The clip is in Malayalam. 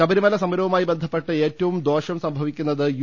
ശബരിമല സമരവുമായി ബന്ധപ്പെട്ട് ഏറ്റവും ദോഷം സംഭവിക്കുന്നത് യു